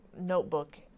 notebook